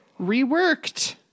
reworked